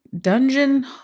dungeon